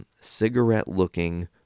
cigarette-looking